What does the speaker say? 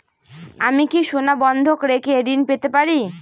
আমি কি সোনা বন্ধক রেখে ঋণ পেতে পারি?